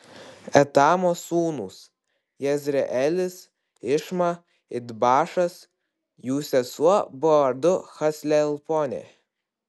etamo sūnūs jezreelis išma idbašas jų sesuo buvo vardu haclelponė